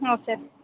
ಹ್ಞೂಂ sir